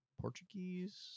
Portuguese